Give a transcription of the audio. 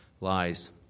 lies